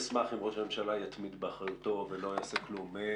אשמח אם ראש הממשלה יתמיד באחריותו ולא יעשה כלום.